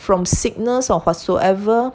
from sickness or whatsoever